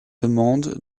demande